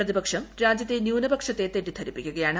പ്രതിപക്ഷം രാജ്യത്തെ ന്യൂനപക്ഷത്തെ തെറ്റിദ്ധരിപ്പിക്കുകയാണ്